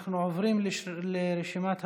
אנחנו עוברים לרשימת הדוברים.